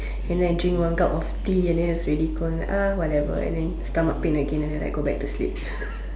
and then I drink one gulp of tea and then it's already cold whatever and then stomach pain again and then I go back to sleep